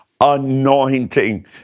anointing